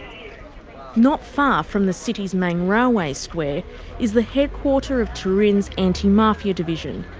not far from the city's main railway square is the headquarters of turin's anti-mafia division.